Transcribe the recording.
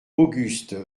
auguste